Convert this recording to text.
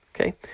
Okay